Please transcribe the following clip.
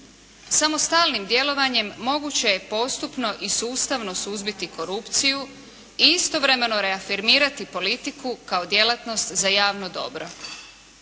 Samo stalnim djelovanjem moguće je postupno i sustavno suzbiti korupciju i istovremeno reafirmirati politiku kao djelatnost za javno dobro.